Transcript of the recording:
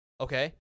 Okay